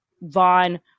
Vaughn